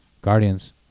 Guardians